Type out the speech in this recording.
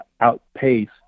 outpace